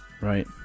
right